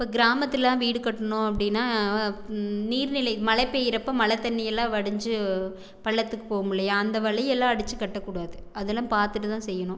இப்போ கிராமத்திலலாம் வீடு கட்டணும் அப்படின்னா நீர்நிலை மழை பெய்யறப்போ மழை தண்ணியெல்லாம் வடிஞ்சு பள்ளத்துக்கு போகும் இல்லையா அந்த வழி எல்லாம் அடச்சு கட்டக்கூடாது அதெல்லாம் பார்த்துட்டு தான் செய்யணும்